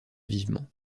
vivement